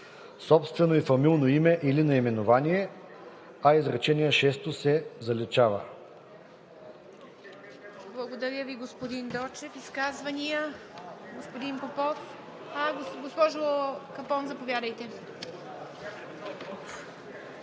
(собствено и фамилно име или наименование).“, а изречение шесто се заличава.“